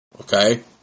Okay